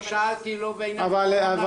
לא שאלתי --- ארבל,